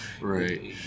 right